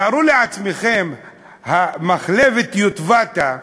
תארו לעצמכם, מחלבת יטבתה,